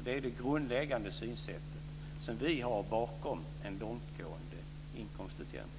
Det är det grundläggande synsätt vi har bakom en långtgående inkomstutjämning.